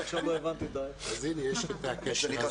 עד כאן.